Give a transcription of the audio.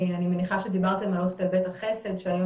אני מניחה שדיברתם על הוסטל 'בית החסד' שהיום